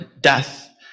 death